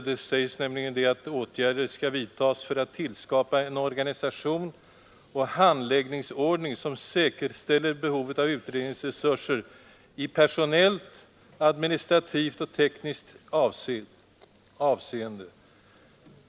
Där sägs nämligen att åtgärder skall vidtas för att tillskapa en organisation och handläggningsordning som säkerställer behovet av utredningsresurser i personellt, administrativt och tekniskt avseende.